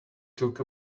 took